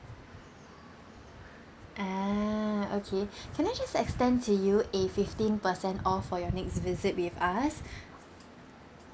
ah okay can I just extend to you a fifteen percent off for your next visit with us